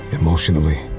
emotionally